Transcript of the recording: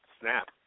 Snap